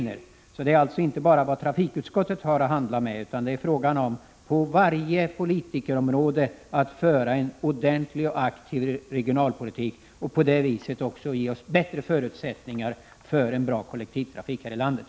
Det gäller alltså inte bara vad trafikutskottet har att arbeta med, utan det gäller att på varje politikområde föra en ordentlig och aktiv regionalpolitik och på det sättet ge oss bättre förutsättningar för en bra kollektivtrafik här i landet.